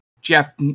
Jeff